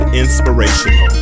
inspirational